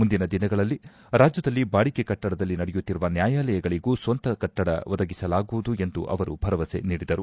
ಮುಂದಿನ ದಿನಗಳಲ್ಲಿ ರಾಜ್ಯದಲ್ಲಿ ಬಾಡಿಗೆ ಕಟ್ಟಡದಲ್ಲಿ ನಡೆಯುತ್ತಿರುವ ನ್ಯಾಯಾಲಯಗಳಗೂ ಸ್ವಂತ ಕಟ್ಟಡ ಒದಗಿಸಲಾಗುವುದು ಎಂದು ಅವರು ಭರವಸೆ ನೀಡಿದರು